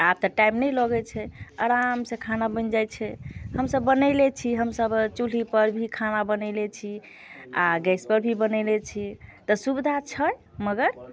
आब तऽ टाइम नहि लगैत छै आरामसँ खाना बनि जाइत छै हमसभ बनैले छी हमसभ चूल्हीपर भी खाना बनैले छी आ गैसपर भी बनैले छी तऽ सुविधा छै मगर